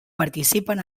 participen